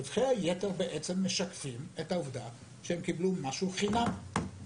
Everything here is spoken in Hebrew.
רווחי היתר בעצם משקפים את העובדה שהם קיבלו משהו חינם.